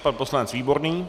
Pan poslanec Výborný.